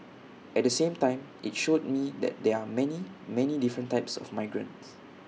at the same time IT showed me that there are many many different types of migrants